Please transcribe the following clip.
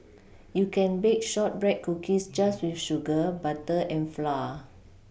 you can bake shortbread cookies just with sugar butter and flour